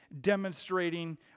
demonstrating